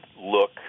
look